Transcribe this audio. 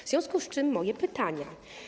W związku z tym moje pytania.